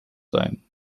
sein